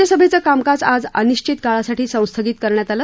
राज्यसभेचं कामकाज आज अनिश्वित काळासाठी संस्थगित करण्यात आलं